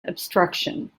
obstruction